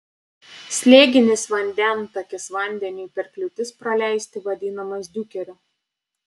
slėginis vandentakis vandeniui per kliūtis praleisti vadinamas diukeriu